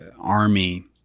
army